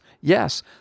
Yes